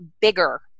bigger